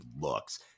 looks